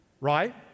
Right